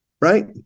Right